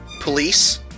police